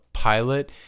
pilot